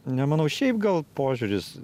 ne manau šiaip gal požiūris